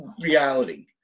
reality